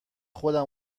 خودم